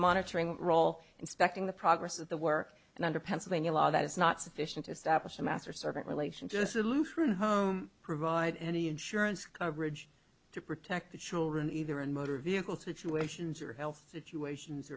monitoring role inspecting the progress of the work and under pennsylvania law that is not sufficient to establish the master servant relation just a lutheran home provide any insurance coverage to protect children either in motor vehicle situations or health situations